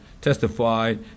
testified